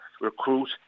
recruit